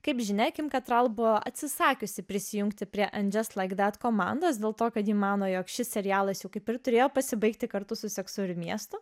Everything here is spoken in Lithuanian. kaip žinia buvo atsisakiusi prisijungti komandos dėl to kad ji mano jog šis serialas kaip ir turėjo pasibaigti kartu su seksu ir miestu